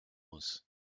muss